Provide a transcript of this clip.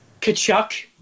Kachuk